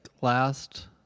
last